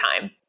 time